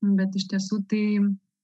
bet iš tiesų tai